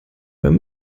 beim